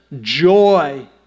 joy